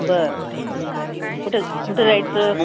बरं कुठे कुठे जायचं